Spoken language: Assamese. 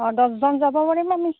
অঁ দছজন যাব পাৰিম আমি